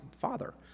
father